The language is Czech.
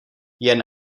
jen